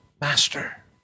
Master